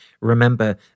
remember